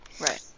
Right